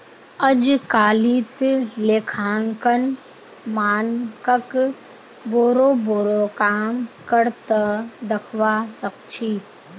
अजकालित लेखांकन मानकक बोरो बोरो काम कर त दखवा सख छि